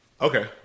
Okay